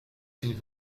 zien